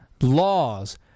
laws